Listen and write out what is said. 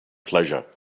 pleasure